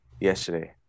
yesterday